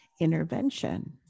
intervention